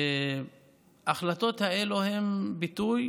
ההחלטות האלה הן ביטוי